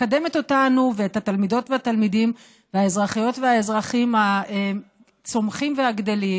מקדמת אותנו ואת התלמידות והתלמידים והאזרחיות והאזרחים הצומחים והגדלים